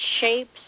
shapes